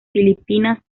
filipinas